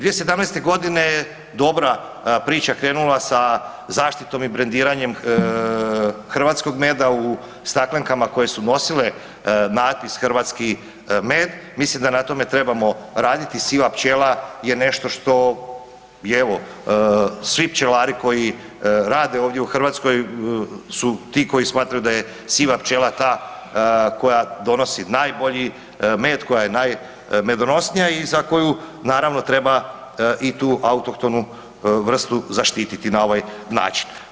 2017.g. je dobra priča krenula sa zaštitom i brendiranjem hrvatskog meda u staklenkama koje su nosile natpis „hrvatski med“ mislim da na tome trebamo raditi, siva pčela je nešto što je evo, svi pčelari koji rade ovdje u Hrvatskoj su ti koji smatraju da je siva pčela ta koja donosi najbolji med, koja je najmedonosnija i za koju naravno treba i tu autohtonu vrstu zaštititi na ovaj način.